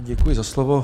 Děkuji za slovo.